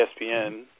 ESPN